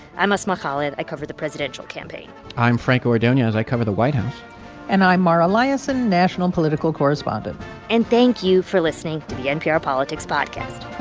i'm asma khalid. i cover the presidential campaign i'm franco ordonez. i cover the white house and i'm mara liasson, national political correspondent and thank you for listening to the npr politics podcast